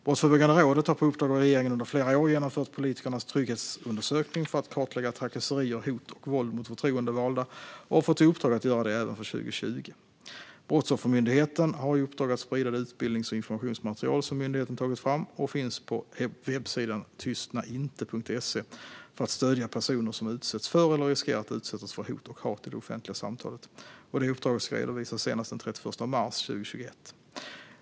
Brottsförebyggande rådet har på uppdrag av regeringen under flera år genomfört Politikernas trygghetsundersökning för att kartlägga trakasserier, hot och våld mot förtroendevalda och har fått i uppdrag att göra det även för 2020. Brottsoffermyndigheten har i uppdrag att sprida det utbildnings och informationsmaterial som myndigheten tagit fram och som finns på webbsidan tystnainte.se för att stödja personer som utsätts för eller riskerar att utsättas för hot och hat i det offentliga samtalet. Uppdraget ska redovisas senast den 31 mars 2021.